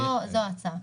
זו ההצעה.